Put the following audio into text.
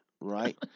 Right